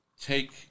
take